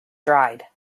dried